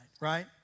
right